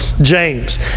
James